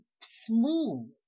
smooth